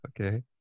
Okay